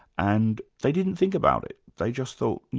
and they didn't think about it, they just thought, you